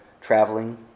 traveling